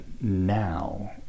now